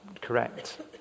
correct